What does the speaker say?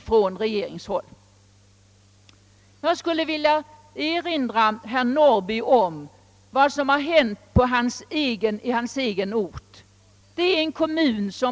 Jag skulle vilja erinra herr Norrby om vad som hänt i hans egen kommun.